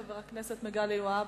חבר הכנסת מגלי והבה,